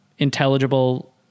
intelligible